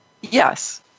yes